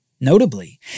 Notably